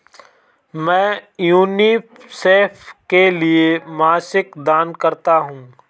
मैं यूनिसेफ के लिए मासिक दान करता हूं